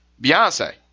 Beyonce